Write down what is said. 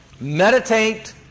Meditate